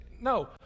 no